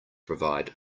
provide